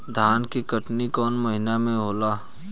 धान के कटनी कौन महीना में होला?